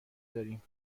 داریم